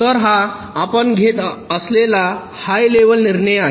तर हा आपण घेत असलेला हाय लेव्हल निर्णय आहे